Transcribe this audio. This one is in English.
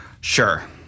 Sure